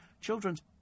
Children's